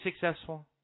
successful